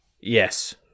yes